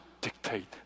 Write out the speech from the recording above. dictate